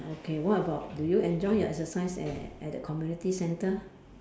okay what about do you enjoy your exercise at at the community centre